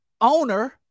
owner